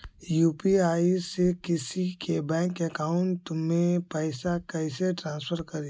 UPI से किसी के बैंक अकाउंट में पैसा कैसे ट्रांसफर करी?